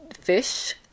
fish